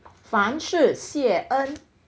凡是谢恩